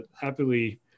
happily